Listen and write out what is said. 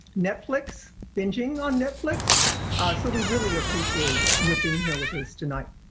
netflix binging on netflix so we really appreciate your being here with us tonight.